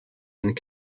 and